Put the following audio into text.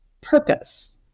purpose